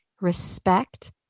respect